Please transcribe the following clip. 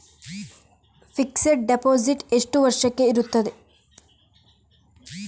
Fixed deposit ಎಷ್ಟು ವರ್ಷಕ್ಕೆ ಇರುತ್ತದೆ?